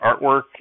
artwork